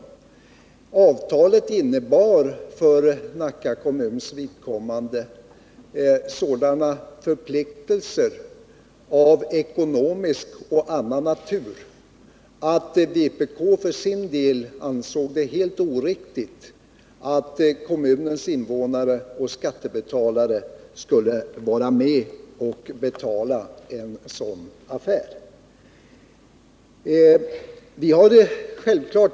Avtalet innebar för Nacka kommuns vidkommande sådana förpliktelser av ekonomisk och annan natur att vpk för sin del ansåg det helt oriktigt att kommunens invånare och skattebetalare skulle vara med och betala den här affären.